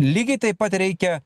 lygiai taip pat reikia